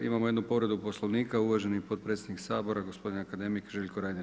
Imamo jednu povredu Poslovnika uvaženi potpredsjednik Sabora gospodin akademik Željko Reiner.